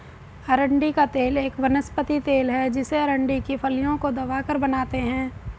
अरंडी का तेल एक वनस्पति तेल है जिसे अरंडी की फलियों को दबाकर बनाते है